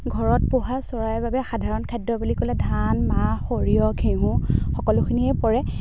ঘৰত পোহা চৰাইৰ বাবে সাধাৰণ খাদ্য বুলি ক'লে ধান মাহ সৰিয়হ ঘেঁহু সকলোখিনিয়ে পৰে